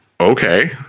Okay